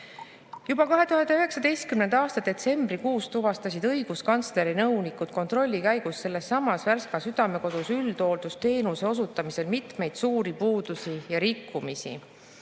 Juba 2019. aasta detsembrikuus tuvastasid õiguskantsleri nõunikud kontrolli käigus sellessamas Värska Südamekodus mitmeid suuri puudusi ja rikkumisi